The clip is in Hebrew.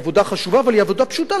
היא עבודה חשובה אבל היא עבודה פשוטה,